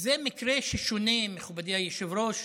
זה מקרה ששונה, מכובדי היושב-ראש,